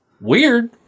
Weird